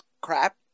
crap